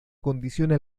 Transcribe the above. condiciona